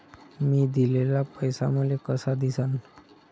मी दिलेला पैसा मले कसा दिसन?